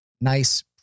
nice